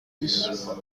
dit